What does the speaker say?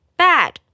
bad